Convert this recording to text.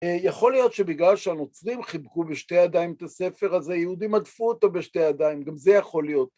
יכול להיות שבגלל שהנוצרים חיבקו בשתי הידיים את הספר הזה, יהודים הדפו אותו בשתי הידיים, גם זה יכול להיות.